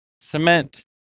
cement